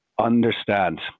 understand